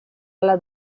alla